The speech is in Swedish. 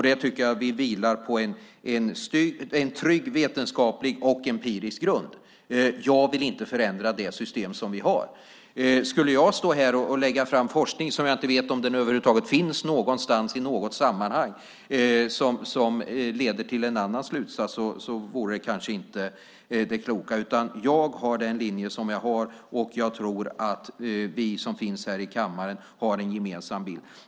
Där tycker jag att vi vilar på en trygg vetenskaplig och empirisk grund. Jag vill inte förändra det system som vi har. Skulle jag stå här och lägga fram forskning som leder till en annan slutsats och som jag inte vet om den över huvud taget finns någonstans i något sammanhang vore det kanske inte så klokt. Jag följer den linje som jag gör. Jag tror att vi som finns här i kammaren har en gemensam bild.